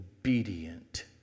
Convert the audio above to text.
obedient